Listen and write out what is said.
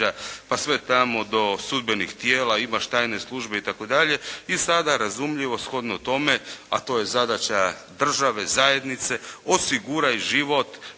pa sve tamo do sudbenih tijela. Imaš tajne službe itd. i sada razumljivo shodno tome, a to je zadaća države, zajednice osiguraj život